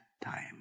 time